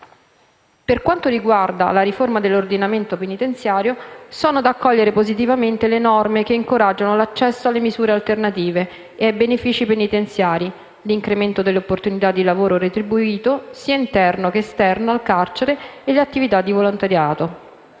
Per quanto riguarda la riforma dell'ordinamento penitenziario sono da accogliere positivamente le norme che incoraggiano l'accesso alle misure alternative e ai benefici penitenziari, l'incremento delle opportunità di lavoro retribuito sia interno che esterno al carcere e le attività di volontariato.